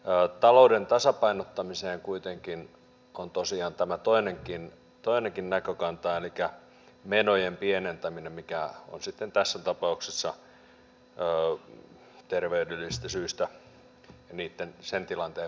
talouden tasapainottamiseen kuitenkin on tosiaan tämä toinenkin näkökanta elikkä menojen pienentäminen tässä tapauksessa terveydellisistä syistä tilanteen parantaminen